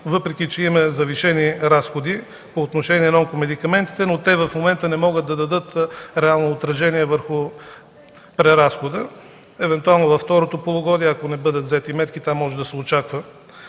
въпреки че имаме завишени разходи по отношение на онкомедикаментите, но те в момента не могат да дадат реално отражение върху преразхода. Евентуално във второто полугодие, ако не бъдат взети мерки, там може да се очаква